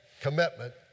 commitment